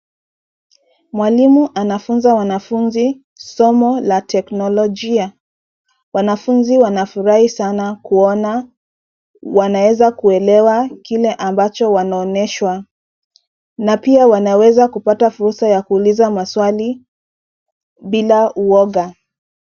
Mwalimu anafunza wanafunzi somo la kiteknolojia. Wanafunzi wanafurahi sana kuona wanaweza kuelewa kile ambacho wanaonyeshwa na pia wanaweza kupata fursa ya kuuliza maswali bila uoga.